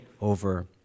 over